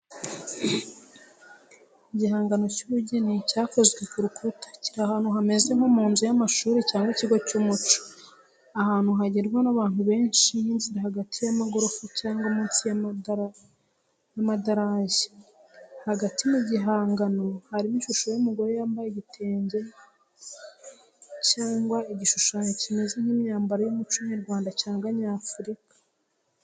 Igihangano cy’ubugeni cyakozwe ku rukuta, kiri ahantu hameze nko mu nzu y’amashuri cyangwa ikigo cy’umuco, ahantu hagerwa n’abantu benshi nk’inzira hagati y’amagorofa cyangwa munsi y’amadarajye. Hagati mu gihangano harimo ishusho y’umugore yambaye igitenge cyangwa igishushanyo kimeze nk’imyambaro y’umuco nyarwanda cyangwa nyafurika.